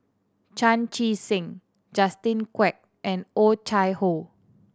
Chan Chee Seng Justin Quek and Oh Chai Hoo